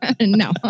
No